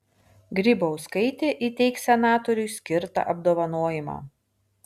grybauskaitė įteiks senatoriui skirtą apdovanojimą